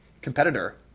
competitor